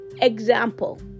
example